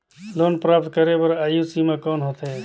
Loan प्राप्त करे बर आयु सीमा कौन होथे?